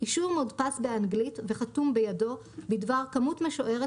אישור מודפס באנגלית וחתום בידו בדבר כמות משוערת